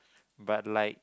but like